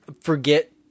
forget